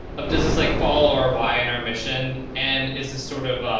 of does this like follow our why and our mission and is this sort of,